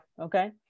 okay